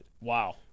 Wow